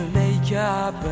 makeup